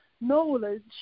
knowledge